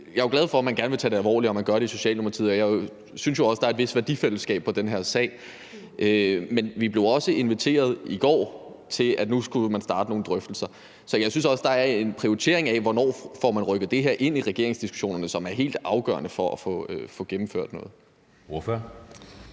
jo er glad for, at man gerne vil tage det alvorligt, og at man gør det i Socialdemokratiet, og jeg synes jo også, at der er et vist værdifællesskab på den her sag. Men vi blev også inviteret i går til, at nu skulle man starte nogle drøftelser, så jeg synes også, at der skal være en prioritering af, hvornår man får rykket det her ind i regeringsdiskussionerne, for det er helt afgørende for at få gennemført noget. Kl.